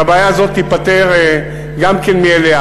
והבעיה הזאת תיפתר גם כן מאליה.